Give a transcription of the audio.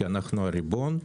כי אנחנו הריבון,